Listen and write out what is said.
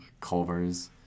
Culver's